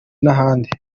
n’ahandi